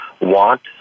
want